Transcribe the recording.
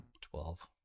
Twelve